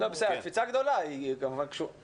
בסדר, קפיצה גדולה, זה גם מושפע מהקורונה.